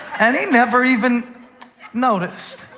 and he never even noticed.